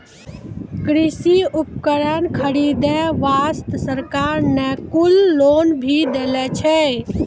कृषि उपकरण खरीदै वास्तॅ सरकार न कुल लोन भी दै छै